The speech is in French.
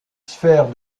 sphères